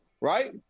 right